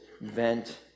vent